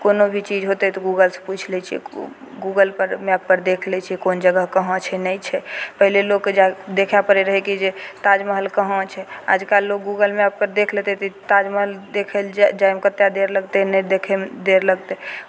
कोनो भी चीज होतै तऽ गूगलसँ पुछि लै छियै गू गूगलपर मैपपर देख लै छियै कोन जगह कहाँ छै नहि छै पहिले लोकके जाय देखय पड़ैत रहय कि जे ताजमहल कहाँ छै आजकल लोक गूगल मैपपर देख लेतै तऽ ताजमहल देखय लेल जा जायमे कतेक देर लगतै नहि देखयमे देर लगतै